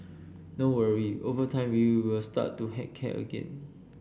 don't worry over time you will start to heck care again